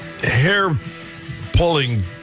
hair-pulling